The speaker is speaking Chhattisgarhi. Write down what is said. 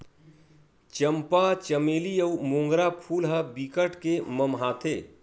चंपा, चमेली अउ मोंगरा फूल ह बिकट के ममहाथे